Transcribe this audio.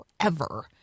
forever